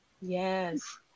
Yes